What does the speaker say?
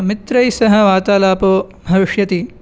मित्रैः सह वार्तालापो भविष्यति